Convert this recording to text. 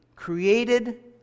created